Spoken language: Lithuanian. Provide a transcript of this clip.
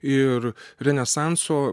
ir renesanso